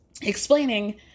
explaining